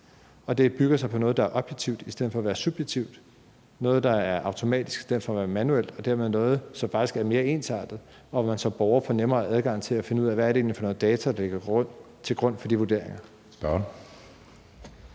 Det bygger på noget, der er objektivt i stedet for at være subjektivt, noget, der er automatisk i stedet for at være manuelt, og dermed noget, som faktisk er mere ensartet, og hvor man som borger får nemmere adgang til at finde ud af, hvad det egentlig er for noget data, der ligger til grund for de vurderinger.